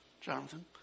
Jonathan